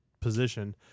position